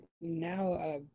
now